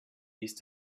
ist